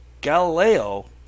Galileo